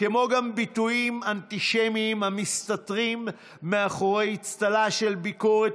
כמו גם ביטויים אנטישמיים המסתתרים מאחורי אצטלה של ביקורת